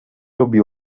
lubi